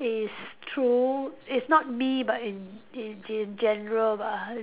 is true is not me but in in in general that